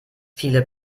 viele